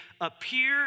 appear